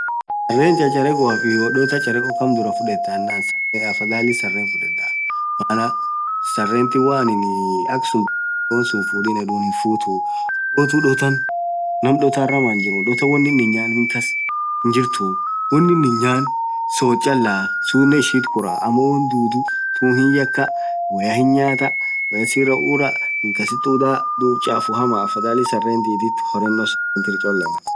sarren chacharekhof iyoo dhothaa chacharekho kaam birra fudhetha anan yedhe afadhli sarren fudhedha maaana sarethin woanin akhasun wonsun hinfudhin yedhun hinfuthuu ammothu dhothan naaam dhothar hamaa hinjiruu dhothan wonin hinnyan hinjirtuu wonin hinnyane sodh challah sunen ishit khuraa ammo wonn dhudhu hii hakkha woyya hinnyatha woyya sirra uuuraaaah miin khasit udhaa chaafuu hamaa afadhalin sarren dhidhit horeeno suunit cholea